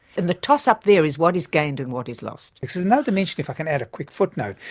and the toss up there is what is gained and what is lost. there's another dimension if i can add a quick footnote,